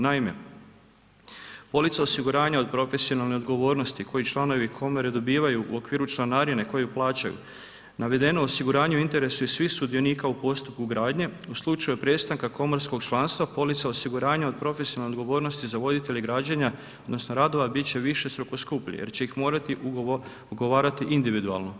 Naime, polica osiguranja od profesionalne odgovornosti koji članovi komore dobivaju u okviru članarine koju plaćaju, navedeno osiguranje u interesu je svih sudionika u postupku gradnje, u slučaju prestanka komorskog članstva polica osiguranja od profesionalne odgovornosti za voditelje građenja odnosno radova, bit će višestruko skuplji jer će ih morati ugovarati individualno.